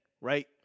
right